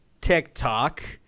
TikTok